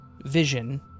vision